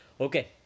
Okay